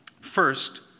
First